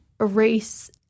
erase